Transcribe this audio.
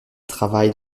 travaille